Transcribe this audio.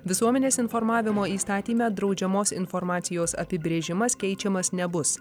visuomenės informavimo įstatyme draudžiamos informacijos apibrėžimas keičiamas nebus